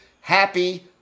happy